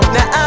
Now